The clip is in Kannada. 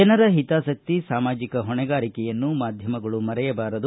ಜನರ ಹಿತಾಸಕ್ತಿ ಸಾಮಾಜಿಕ ಹೊಣೆಗಾರಿಕೆಯನ್ನು ಮಾಧ್ದಮಗಳು ಮರೆಯಬಾರದು